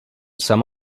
some